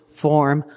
form